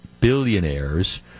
billionaires